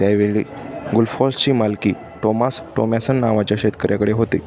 त्यावेळी गुलफॉसची मालकी टोमास टोमॅसन नावाच्या शेतकऱ्याकडे होते